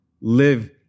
Live